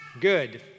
Good